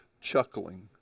chuckling